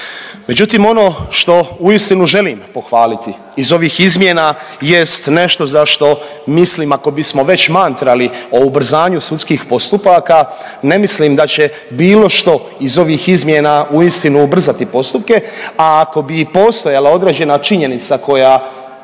Međutim, ono što uistinu želim pohvaliti iz ovih izmjena jest nešto za što mislim ako bismo već mantrali o ubrzanju sudskih postupaka ne mislim da će bilo što iz ovih izmjena uistinu ubrzati postupke, a ako bi i postojala određena činjenica koja